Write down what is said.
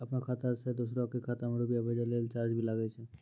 आपनों खाता सें दोसरो के खाता मे रुपैया भेजै लेल चार्ज भी लागै छै?